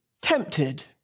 tempted